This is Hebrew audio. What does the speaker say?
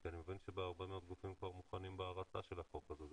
אני מבין שבהרבה מאוד גופים כבר מוכנים בהרצה של החוק הזה.